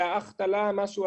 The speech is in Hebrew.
האח תלה משהו,